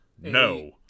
No